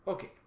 Okay